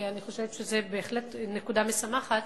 ואני חושבת שזו בהחלט נקודה משמחת,